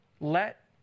Let